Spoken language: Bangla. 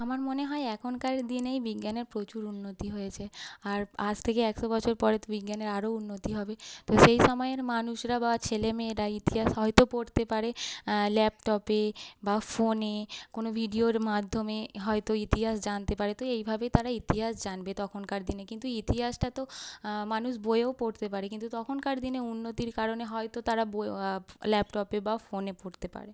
আমার মনে হয় এখনকার দিনেই বিজ্ঞানের প্রচুর উন্নতি হয়েছে আর আজ থেকে একশো বছর পরে তো বিজ্ঞানের আরো উন্নতি হবে তো সেই সময়ের মানুষরা বা ছেলে মেয়েরা ইতিহাস হয়তো পড়তে পারে ল্যাপটপে বা ফোনে কোনো ভিডিওর মাধ্যমে হয়তো ইতিহাস জানতে পারে তো এইভাবেই তারা ইতিহাস জানবে তখনকার দিনে কিন্তু ইতিহাসটা তো মানুষ বইয়েও পড়তে পারে কিন্তু তখনকার দিনে উন্নতির কারণে হয়তো তারা বই ল্যাপটপে বা ফোনে পড়তে পারে